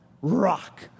rock